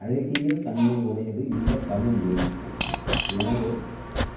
அழகியல் தன்மை உடையது இந்த தமிழ்மொழி எனவே